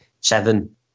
seven